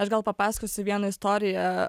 aš gal papasakosiu vieną istoriją